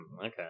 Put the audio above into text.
okay